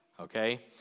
okay